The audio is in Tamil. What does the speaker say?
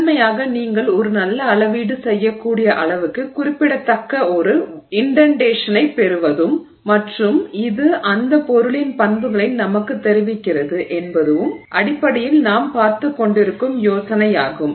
முதன்மையாக நீங்கள் ஒரு நல்ல அளவீடு செய்யக்கூடிய அளவுக்கு குறிப்பிடத்தக்க ஒரு உள்தள்ளலைப் பெறுவதும் மற்றும் இது அந்த பொருளின் பண்புகளை நமக்குத் தெரிவிக்கிறது என்பதுவும் அடிப்படையில் நாம் பார்த்துக்கொண்டிருக்கும் யோசனையாகும்